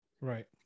right